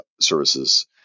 services